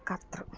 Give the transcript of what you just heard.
Qatar